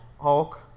Hulk